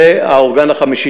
והאורגן החמישי,